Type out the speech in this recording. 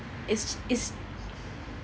it's it's